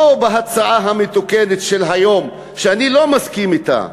לא בהצעה המתוקנת של היום, שאני לא מסכים אתה.